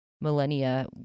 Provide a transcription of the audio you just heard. millennia